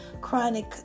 chronic